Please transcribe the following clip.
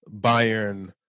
Bayern